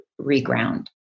reground